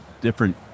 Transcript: different